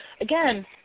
Again